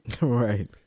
Right